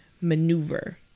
maneuver